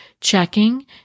checking